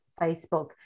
Facebook